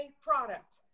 product